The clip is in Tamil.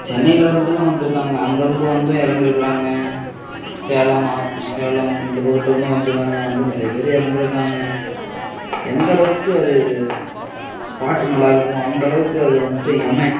சென்னையில் இருந்தெல்லாம் வந்திருக்காங்க அங்கே இருந்து வந்தும் இறந்துருக்குறாங்க சேலம் ஆத் சேலம் இந்த பக்குட்டு இருந்தும் வந்திருக்காங்க வந்து நிறைய பேர் இறந்துருக்காங்க எந்தளவுக்கு அது ஸ்பாட்டு நல்லாயிருக்கோ அந்தளவுக்கு அது வந்துட்டு எமன்